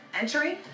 entering